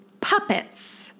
Puppets